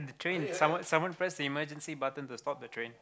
the train someone someone pressed the emergency button to stop the train